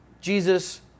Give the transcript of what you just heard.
Jesus